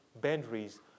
boundaries